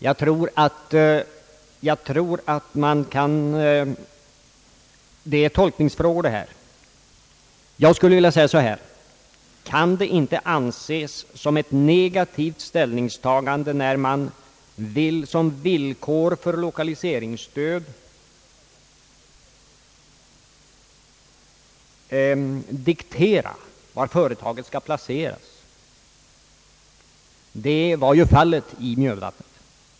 Det är tolkningsfrågor. Men jag skulle vilja säga så här: Kan det inte anses som ett negativt ställningstagande när man vill, som villkor för lokaliseringsstöd, diktera var företaget skall placeras? Så var ju fallet i Mjödvattnet.